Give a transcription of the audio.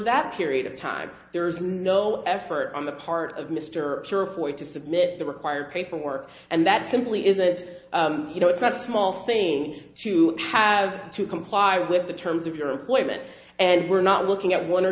that period of time there is no effort on the part of mr purefoy to submit the required paperwork and that simply isn't you know it's a small thing to have to comply with the terms of your employment and we're not looking at one or